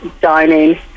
dining